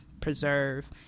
preserve